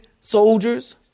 soldiers